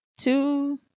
two